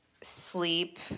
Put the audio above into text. sleep